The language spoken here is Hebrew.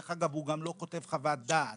שדרך אגב הוא גם לא כותב חוות דעת,